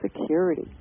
security